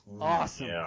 Awesome